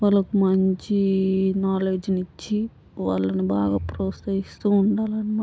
వాళ్ళకు మంచి నాలెడ్జ్ని ఇచ్చి వాళ్ళని బాగా ప్రోత్సహిస్తూ ఉండాలి అన్నమాట